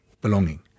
belonging